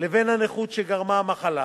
לבין הנכות שגרמה המחלה,